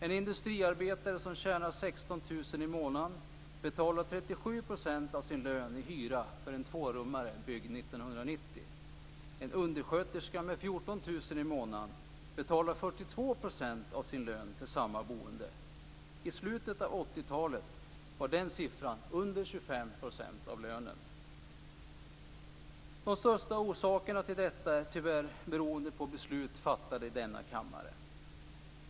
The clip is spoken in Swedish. En industriarbetare som tjänar 16 000 kr i månaden betalar 37 % av sin lön i hyra för en tvårummare byggd 1990. En undersköterska med 14 000 kr i månaden betalar 42 % av sin lön för samma boende. I slutet av 80-talet var den andelen under 25 % av lönen. De största orsakerna till detta är tyvärr beslut fattade i denna kammare.